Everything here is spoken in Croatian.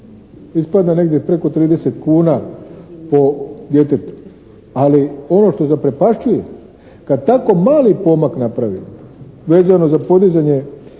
Ispada negdje preko 30 kuna po djetetu. Ali ono što zaprepašćuje kad tako mali pomak napravimo vezano za podizanje